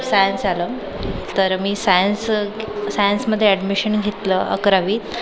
science आलं तर मी सायन्स सायन्समध्ये ॲडमिशन घेतलं अकरावी